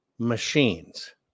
Machines